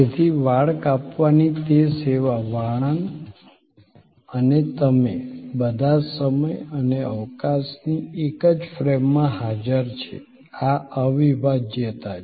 તેથી વાળ કાપવાની તે સેવા વાળંદ અને તમે બધા સમય અને અવકાશની એક જ ફ્રેમમાં હાજર છે આ અવિભાજ્યતા છે